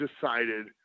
decided